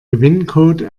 gewinncode